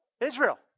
Israel